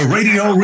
Radio